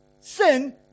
sin